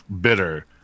bitter